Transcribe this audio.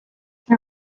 you